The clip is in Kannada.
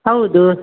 ಹೌದು